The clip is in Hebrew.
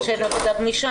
בגלל שהיא לא כל כך גמישה.